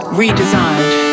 redesigned